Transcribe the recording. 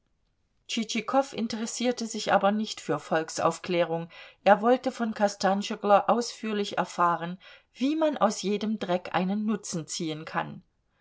interessierte sich aber nicht für volksaufklärung er wollte von kostanschoglo ausführlich erfahren wie man aus jedem dreck einen nutzen ziehen kann